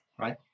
right